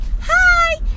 hi